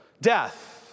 death